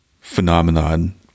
phenomenon